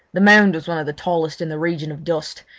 the mound was one of the tallest in the region of dust,